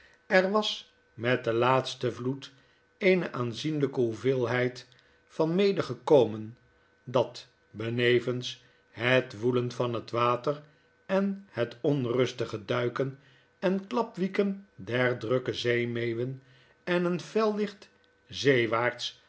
er was met den laatsten vloed eene aanzienlgke hoeveelheid van mede gekomen dat benevens het woelen van het water en het onrustige duiken en klapwieken der drukke zeemeeuwen en een fel licht zeewaarts